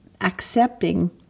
Accepting